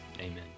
Amen